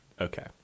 okay